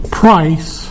price